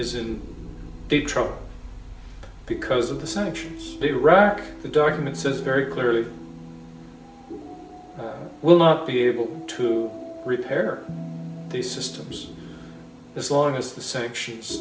is in big trouble because of the sanctions iraq the document says very clearly it will not be able to repair these systems as long as the sanctions